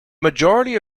majority